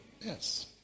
Yes